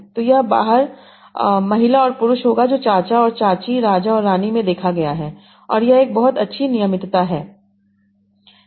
तो यह बाहर महिला और पुरुष होगा जो चाचा और चाची और राजा और रानी में देखा गया है और यह एक बहुत अच्छी नियमितता है